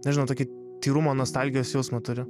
nežinau tokį tyrumo nostalgijos jausmą turi